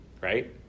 right